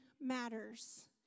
matters